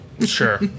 Sure